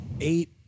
eight